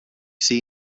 see